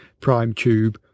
PrimeTube